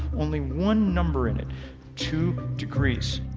only one number in it two degrees.